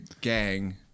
gang